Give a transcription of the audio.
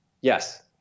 Yes